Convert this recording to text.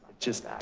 just,